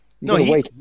No